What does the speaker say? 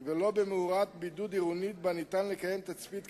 ולא במאורת בידוד עירונית שבה ניתן לקיים תצפית כלבת.